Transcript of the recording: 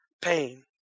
pain